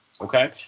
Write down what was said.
Okay